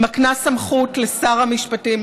היא מקנה סמכות לשר המשפטים,